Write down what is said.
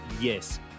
yes